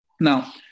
now